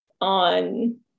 on